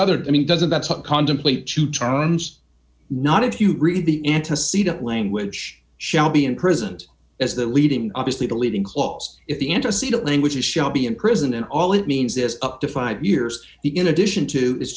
other i mean doesn't that's not contemplate to charmes not if you read the antecedent language shall be imprisoned as the leading obviously the leading clause if the antecedent language is shall be in prison and all it means this up to five years he in addition to is